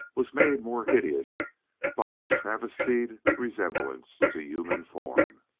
was made more hideous by its travestied resemblance to human form.